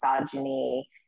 misogyny